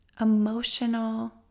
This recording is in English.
emotional